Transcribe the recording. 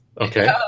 Okay